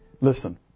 Listen